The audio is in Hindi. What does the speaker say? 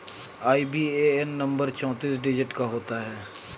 आई.बी.ए.एन नंबर चौतीस डिजिट का होता है